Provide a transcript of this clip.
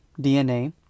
DNA